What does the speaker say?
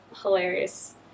hilarious